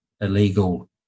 illegal